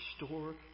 Restore